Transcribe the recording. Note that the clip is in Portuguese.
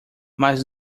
mas